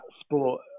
sport